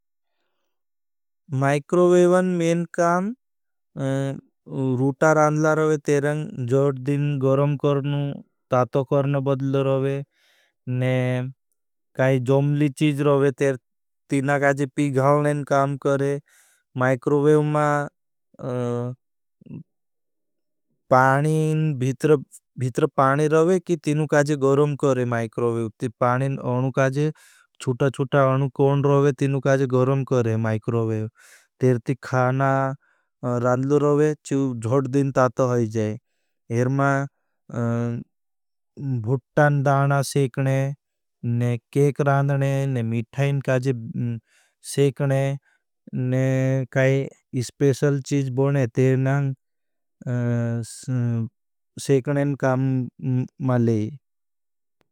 माईक्रोवेवन में काम रूटा रांधला रवे तेरंग जड़ दिन गरम करनु तातो करन बदल रवे। ने काई जमली चीज रवे तेर तीना काजे पिघालनेन काम करे माईक्रोवेवमा भीतर पानी रवे की तीनु काजे गरम करे माईक्रोवेव। तेर ती खाना रांधल रवे चीज जड़ दिन तातो होई जाए। अरमा भूटान दाना सेखने ने केक रांधने ने मिठाइन काजे सेखने ने काई इस्पेशल चीज बोने तेर नहां सेखनेन काम मले आपको प्रस्तुत करते हैं।